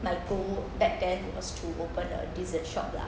my goal back then was to open a dessert shop lah